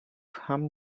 ham